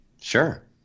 sure